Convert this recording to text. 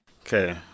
okay